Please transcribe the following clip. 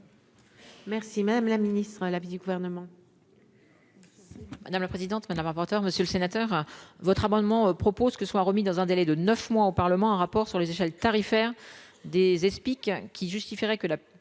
Merci madame la Ministre, l'avis du gouvernement.